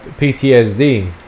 PTSD